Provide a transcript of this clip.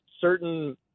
certain